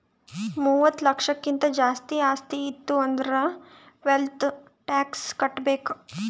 ಮೂವತ್ತ ಲಕ್ಷಕ್ಕಿಂತ್ ಜಾಸ್ತಿ ಆಸ್ತಿ ಇತ್ತು ಅಂದುರ್ ವೆಲ್ತ್ ಟ್ಯಾಕ್ಸ್ ಕಟ್ಬೇಕ್